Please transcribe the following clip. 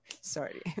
sorry